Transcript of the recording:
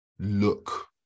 look